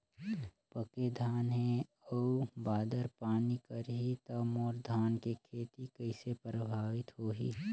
पके धान हे अउ बादर पानी करही त मोर धान के खेती कइसे प्रभावित होही?